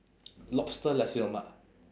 lobster nasi lemak